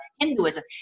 Hinduism